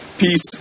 Peace